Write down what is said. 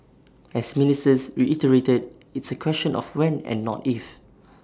as ministers reiterated it's A question of when and not if